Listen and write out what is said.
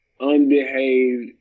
unbehaved